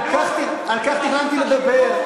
על כך תכננתי לדבר.